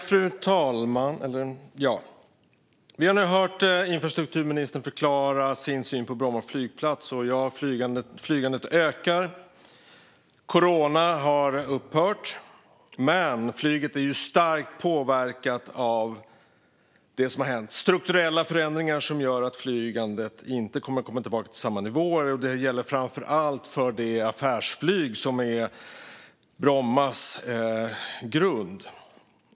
Fru talman! Vi har nu hört infrastrukturministern förklara sin syn på Bromma flygplats. Ja, flygandet ökar. Coronapandemin har upphört, men flyget är starkt påverkat av det som har hänt. Strukturella förändringar gör att flygandet inte kommer att komma tillbaka till samma nivåer, och det gäller framför allt för det affärsflyg som är Brommas grund.